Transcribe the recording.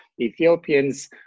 Ethiopians